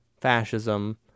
fascism